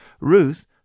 Ruth